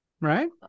Right